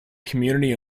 community